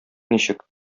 ничек